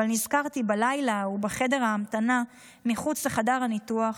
אבל נזכרתי בלילה ההוא בחדר ההמתנה מחוץ לחדר הניתוח,